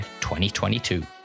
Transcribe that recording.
2022